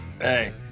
Hey